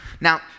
Now